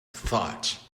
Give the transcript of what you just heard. thought